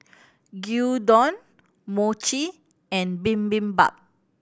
Gyudon Mochi and Bibimbap